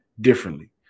differently